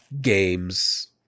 Games